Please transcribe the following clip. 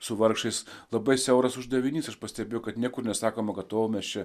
su vargšais labai siauras uždavinys ir pastebiu kad niekur nesakoma kad o mes čia